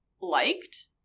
liked